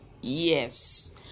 Yes